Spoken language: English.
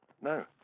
No